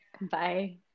Bye